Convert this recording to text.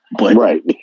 Right